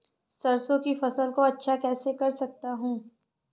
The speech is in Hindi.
सरसो की फसल को अच्छा कैसे कर सकता हूँ?